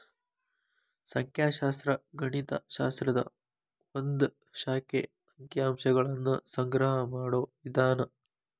ಸಂಖ್ಯಾಶಾಸ್ತ್ರ ಗಣಿತ ಶಾಸ್ತ್ರದ ಒಂದ್ ಶಾಖೆ ಅಂಕಿ ಅಂಶಗಳನ್ನ ಸಂಗ್ರಹ ಮಾಡೋ ವಿಧಾನ